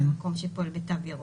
למקום שפועל בתו ירוק.